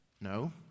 No